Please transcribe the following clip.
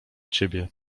ciebie